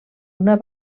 una